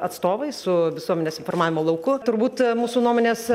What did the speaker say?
atstovais su visuomenės informavimo lauku turbūt mūsų nuomonės